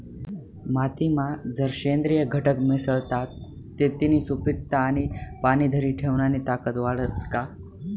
मातीमा जर सेंद्रिय घटक मिसळतात ते तिनी सुपीकता आणि पाणी धरी ठेवानी ताकद वाढस का?